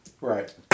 Right